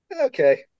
okay